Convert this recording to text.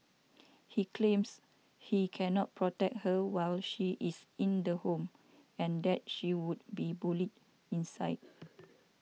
he claims he cannot protect her while she is in the home and that she would be bullied inside